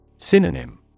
Synonym